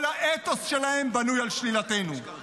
כל האתוס שלהם בנוי על שלילתנו.